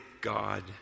God